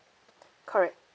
correct